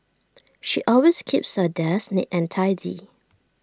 she always keeps her desk neat and tidy